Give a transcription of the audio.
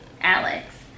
Alex